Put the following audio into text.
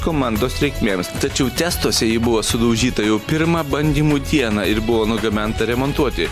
komandos reikmėms tačiau testuose ji buvo sudaužyta jau pirmą bandymų dieną ir buvo nugabenta remontuoti